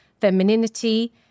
femininity